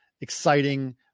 exciting